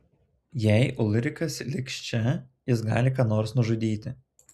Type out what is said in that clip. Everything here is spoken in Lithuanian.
jei ulrikas liks čia jis gali ką nors nužudyti